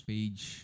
Page